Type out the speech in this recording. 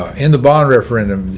in the bond referendum,